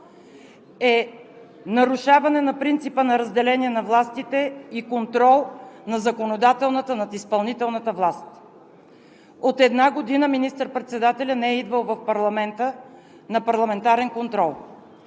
е нарушаване на принципа на разделение на властите и контрол на законодателната над изпълнителната власт. От една година министър-председателят не е идвал в парламента на парламентарен контрол.